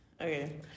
Okay